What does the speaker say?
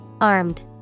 Armed